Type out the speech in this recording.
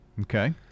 Okay